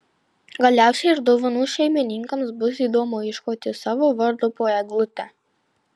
galiausiai ir dovanų šeimininkams bus įdomu ieškoti savo vardo po eglute